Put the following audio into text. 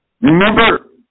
Remember